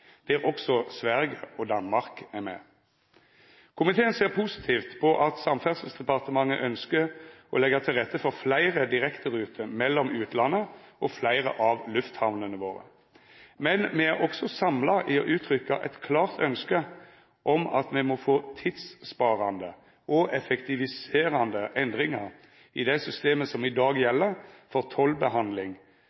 der også Sverige og Danmark er med. Komiteen ser positivt på at Samferdselsdepartementet ønskjer å leggja til rette for fleire direkteruter mellom utlandet og fleire av lufthamnene våre, men me er også samla i å uttrykka eit klart ønske om at me må få tidssparande og effektiviserande endringar i det systemet som i dag